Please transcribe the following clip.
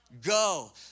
Go